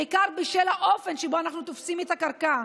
בעיקר בשל האופן שבו אנחנו תופסים את הקרקע,